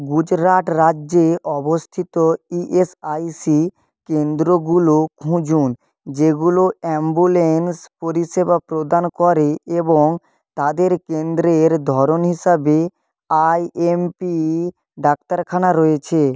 গুজরাট রাজ্যে অবস্থিত E S I C কেন্দ্রগুলো খুঁজুন যেগুলো অ্যাম্বুলেন্স পরিষেবা প্রদান করে এবং তাদের কেন্দ্রের ধরণ হিসাবে আই এম পি ডাক্তারখানা রয়েছে